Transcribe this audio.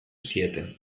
zieten